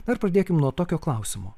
na ir pradėkim nuo tokio klausimo